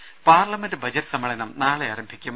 ദേശ parliament budget സമ്മേളനം നാളെ ആരംഭിക്കും